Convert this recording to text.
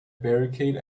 barricade